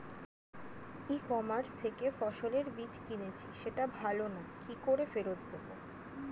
ই commerce থেকে ফসলের বীজ কিনেছি সেটা ভালো না কি করে ফেরত দেব?